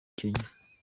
kenya